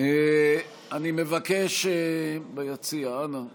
במליאה, אני מבקש ביציע, נא לשבת,